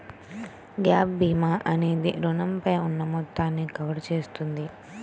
gap భీమా అనేది రుణంపై ఉన్న మొత్తాన్ని కవర్ చేస్తుంది